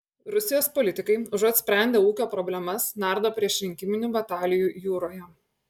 rusijos politikai užuot sprendę ūkio problemas nardo priešrinkiminių batalijų jūroje